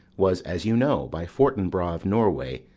was, as you know, by fortinbras of norway,